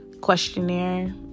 questionnaire